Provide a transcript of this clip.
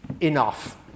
Enough